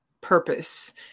Purpose